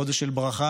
חודש של ברכה.